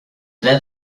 dead